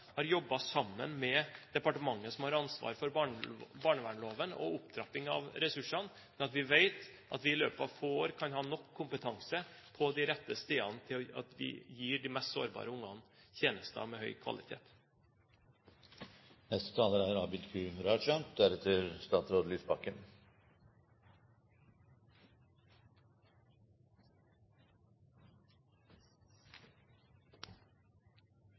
har jobbet sammen med det departementet som har ansvar for barnevernsloven og opptrapping av ressursene, slik at vi vet at vi i løpet av få år kan ha nok kompetanse på de rette stedene til at vi gir de mest sårbare ungene tjenester av høy